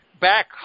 back